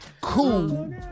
Cool